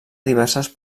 diverses